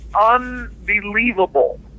unbelievable